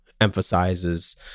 emphasizes